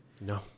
No